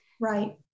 Right